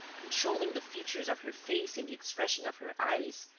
controlling the features of her face and the expression of her eyes,